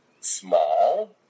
small